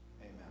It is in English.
Amen